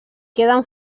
queden